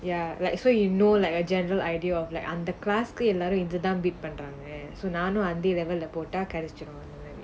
ya like so you know like a general idea of like அந்த:antha class எல்லாரும் இதுதான்:ellarum ithuthaan bid பண்றாங்க:pandrangga so நானும் அந்த:naanum antha level leh போட்டா கெடச்சிரும்:pottaa kedachirum